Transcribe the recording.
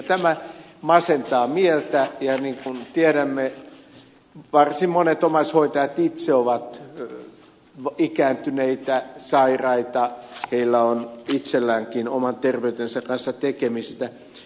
tämä masentaa mieltä ja niin kuin tiedämme varsin monet omaishoitajat itse ovat ikääntyneitä sairaita heillä on itselläänkin oman terveytensä kanssa tekemistä